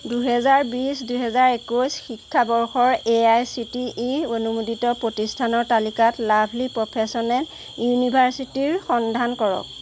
দুহেজাৰ বিছ দুহৈজাৰ একৈছ শিক্ষাবৰ্ষৰ A I C T E অনুমোদিত প্ৰতিষ্ঠানৰ তালিকাত লাভলী প্ৰফেচনে ইউনিভাৰ্চিটিৰ সন্ধান কৰক